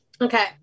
Okay